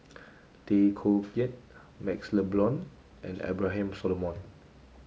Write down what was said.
Tay Koh Yat MaxLe Blond and Abraham Solomon